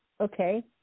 Okay